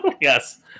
Yes